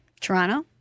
Toronto